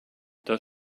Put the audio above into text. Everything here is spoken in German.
das